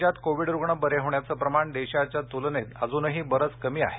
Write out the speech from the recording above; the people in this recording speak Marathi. राज्यात कोविड रुग्ण बरे होण्याचं प्रमाण देशाच्या तूलनेत अजूनही बरंच कमी आहे